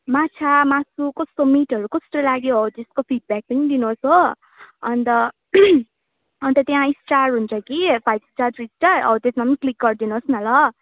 माछा मासु कस्तो मिटहरू कस्तो लाग्यो हो त्यसको फिडब्याक पनि दिनुहोस् हो अन्त अन्त त्यहाँ स्टार हुन्छ कि फाइभ स्टार थ्री स्टार हो त्यसमा पनि क्लिक गरिदिनु होस् न ल